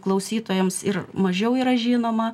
klausytojams ir mažiau yra žinoma